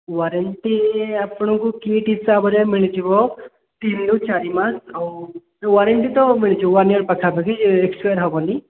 warranty ଆପଣଙ୍କୁ kit ହିସାବରେ ମିଳିଯିବ ତିନିରୁ ଚାରି ମାସ ଆଉ ୱାରେଣ୍ଟି ତ ମିଳିଯିବ ୱାନ୍ ଇଅର୍ ପାଖାପାଖି ଏକ୍ସପାୟାର୍ ହେବନି